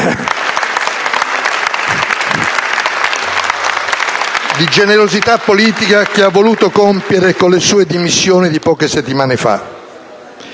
di generosità politica che ha voluto compiere con le sue dimissioni di poche settimane fa.